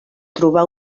trobar